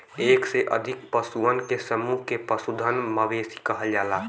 एक से अधिक पशुअन के समूह के पशुधन, मवेशी कहल जाला